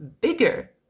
bigger